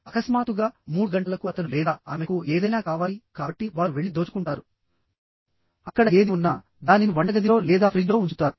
అకస్మాత్తుగా 3 గంటలకు అతను లేదా ఆమెకు ఏదైనా కావాలి కాబట్టి వారు వెళ్లి దోచుకుంటారు అక్కడ ఏది ఉన్నా దానిని వంటగదిలో లేదా ఫ్రిజ్లో ఉంచుతారు